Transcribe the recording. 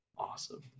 awesome